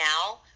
now